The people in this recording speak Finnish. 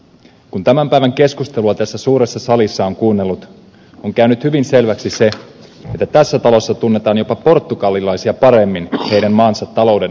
kun tämän päivän keskustelua tässä suuressa salissa on kuunnellut on käynyt hyvin selväksi se että tässä talossa tunnetaan jopa portugalilaisia paremmin heidän maansa talouden ongelmat